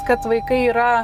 kad vaikai yra